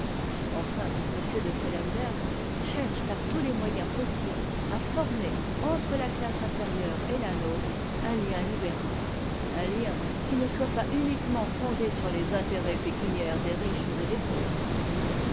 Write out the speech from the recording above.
enfin m de fellemberg cherche par tous les moyens possibles à former entre la classe inférieure et la nôtre un lien libéral un lien qui ne soit pas uniquement fondé sur les intérêts pécuniaires des riches et des pauvres